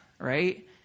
right